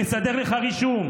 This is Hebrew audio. אני אעצור את השעון.